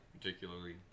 particularly